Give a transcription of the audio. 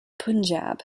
punjab